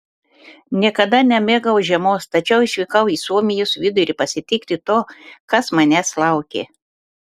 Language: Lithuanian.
niekada nemėgau žiemos tačiau išvykau į suomijos vidurį pasitikti to kas manęs laukė